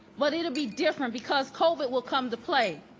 but it'll be different because covid will come to play.